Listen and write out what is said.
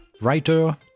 writer